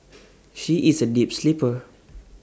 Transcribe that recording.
she is A deep sleeper